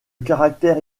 caractère